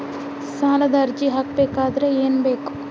ಸಾಲದ ಅರ್ಜಿ ಹಾಕಬೇಕಾದರೆ ಏನು ಬೇಕು?